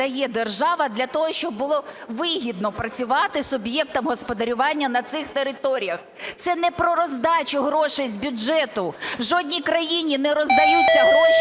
Дякую.